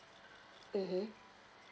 mmhmm